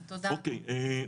אוקיי,